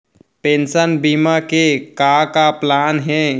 Pension बीमा के का का प्लान हे?